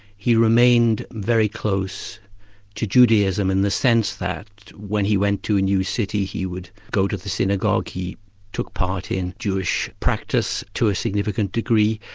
he remained very close to judaism, in the sense that when he went to a new city he would go to the synagogue, he took part in jewish practice to a significant degree,